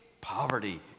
poverty